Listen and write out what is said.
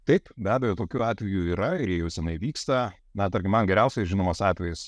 taip be abejo tokių atvejų yra ir jie jau seniai vyksta na tarkim man geriausiai žinomas atvejis